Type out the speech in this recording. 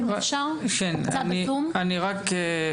ברשותכם,